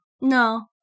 No